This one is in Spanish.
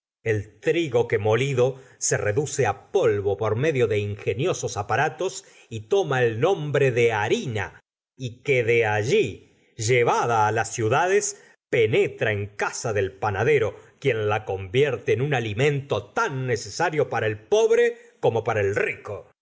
el trigo que molido se reduce polvo por medio de ingeniosos aparatos y toma el nombre de harina y que de allí llevada las ciudades penetra en casa del panadero quien la convierte en un alimento tan necesario para el pobre como para el rico no